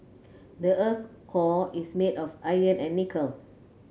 the earth's core is made of iron and nickel